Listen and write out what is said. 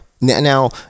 Now